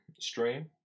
stream